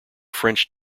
french